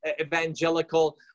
evangelical